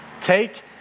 Take